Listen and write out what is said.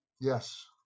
Yes